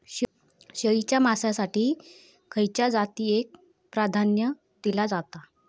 शेळीच्या मांसाएसाठी खयच्या जातीएक प्राधान्य दिला जाता?